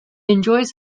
enjoys